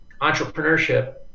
entrepreneurship